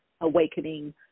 awakening